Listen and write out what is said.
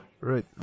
Right